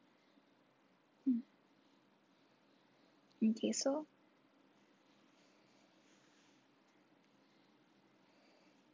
mm okay so